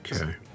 Okay